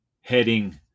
heading